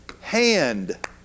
hand